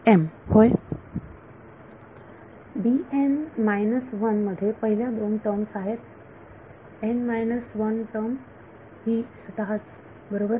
विद्यार्थी D n minus one मध्ये पहिल्या दोन टर्म आहेत Refer Time 2046 n minus one term ही स्वतःच बरोबर